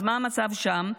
אז מה המצב שם?